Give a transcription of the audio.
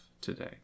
today